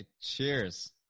Cheers